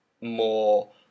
more